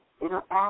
interact